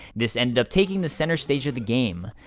this ended up taking the center stage of the game.